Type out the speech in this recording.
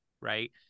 right